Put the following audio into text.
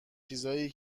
چیزایی